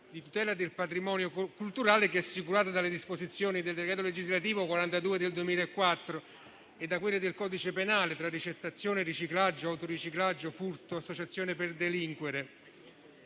di tutela del patrimonio culturale, che è assicurata dalle disposizioni del decreto legislativo n. 42 del 2004 e da quelle del codice penale (ricettazione, riciclaggio, autoriciclaggio, furto, associazione per delinquere).